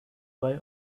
why